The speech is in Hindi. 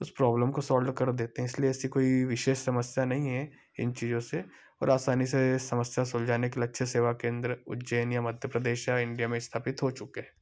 उस प्रॉब्लम को सॉल्व्ड कर देते हैं इसलिए ऐसी कोई विशेष समस्या नहीं है इन चीजों से और आसानी से समस्या सुलझाने के लिए अच्छे सेवा केंद्र उज्जैन या मध्य प्रदेश या इंडिया में स्थापित हो चुके हैं